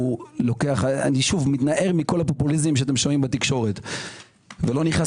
אני שוב מתנער מכל הפופוליזם שאתם שומעים בתקשורת ולא נכנס